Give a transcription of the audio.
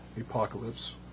Apocalypse